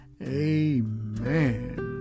Amen